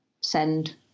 Send